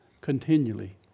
continually